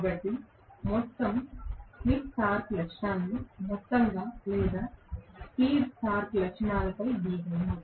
కాబట్టి నేను మొత్తం స్లిప్ టార్క్ లక్షణాలను మొత్తంగా లేదా స్పీడ్ టార్క్ లక్షణాలపై గీయగలను